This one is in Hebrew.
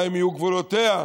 מה יהיו גבולותיה?